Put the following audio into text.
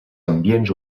ambients